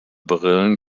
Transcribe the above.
brillen